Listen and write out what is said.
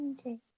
Okay